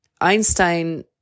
Einstein